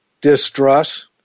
distrust